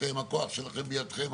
אתם הכוח שלכם בידכם,